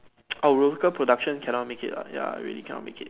oh local production cannot make it ya ya really can't make it